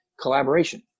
collaboration